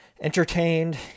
entertained